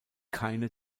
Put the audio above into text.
keine